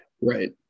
right